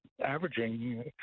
averaging